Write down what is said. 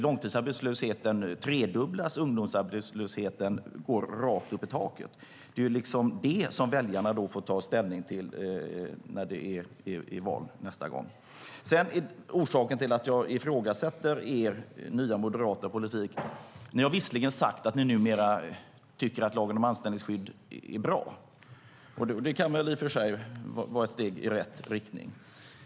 Långtidsarbetslösheten tredubblas och ungdomsarbetslösheten går rakt upp i taket. Det är det som väljarna får ta ställning till i valet nästa gång. Jag ifrågasätter er nya moderata politik. Ni har visserligen sagt att ni numera tycker att lagen om anställningsskydd är bra, och det kan väl i och för sig vara ett steg i rätt riktning.